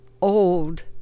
old